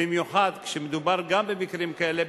במיוחד כשמדובר גם במקרים כאלה.